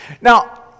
Now